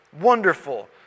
Wonderful